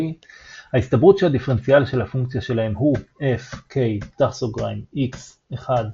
ההסתברות שהדיפרנציאל של הפונקציה שלהם הוא F k ( x 1 )